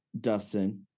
Dustin